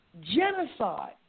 genocide